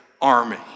army